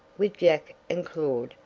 with jack and claud,